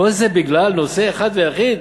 וכל זה בגלל נושא אחד ויחיד,